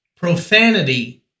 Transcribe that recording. profanity